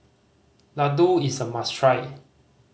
ladoo is a must try